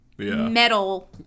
metal